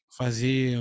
fazer